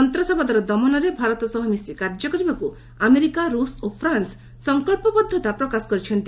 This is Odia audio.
ସନ୍ତାସବାଦର ଦମନରେ ଭାରତ ସହ ମିଶି କାର୍ଯ୍ୟ କରିବାକୁ ଆମେରିକା ରୁଷ ଓ ଫ୍ରାନ୍ସ ସଂକଳ୍ପବଦ୍ଧତା ପ୍ରକାଶ କରିଛନ୍ତି